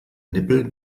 nippel